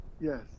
Yes